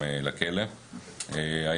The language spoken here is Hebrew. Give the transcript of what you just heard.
ראינו בשומר החומות גידול ניכר בהיקפי הפעילות הפח"עית,